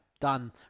done